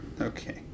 Okay